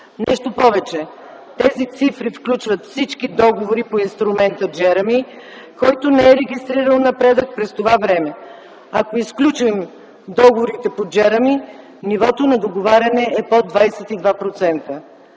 Нещо повече, тези цифри включват всички договори по инструмента „Джеръми”, който не е регистрирал напредък през това време. Ако изключим договорите по „Джеръми”, нивото на договаряне е под 22%.”